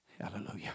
Hallelujah